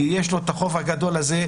כי יש לו החוב הגדול הזה,